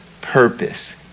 purpose